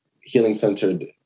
healing-centered